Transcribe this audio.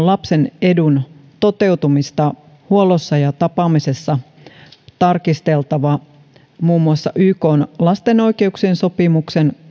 lapsen edun toteutumista huollossa ja tapaamisessa on tarkasteltava muun muassa ykn lapsen oikeuksien sopimuksen